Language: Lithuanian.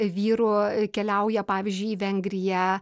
vyru keliauja pavyzdžiui į vengriją